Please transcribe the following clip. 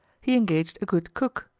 he engaged a good cook,